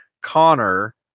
Connor